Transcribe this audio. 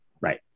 Right